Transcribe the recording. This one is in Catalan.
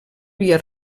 via